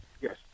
Yes